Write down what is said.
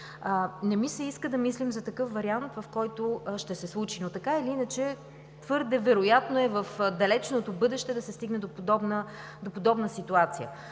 Не ми се иска да мислим за такъв вариант, който ще се случи. Но така или иначе твърде вероятно е в далечното бъдеще да се стигне до подобна ситуация.